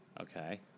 Okay